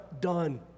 Done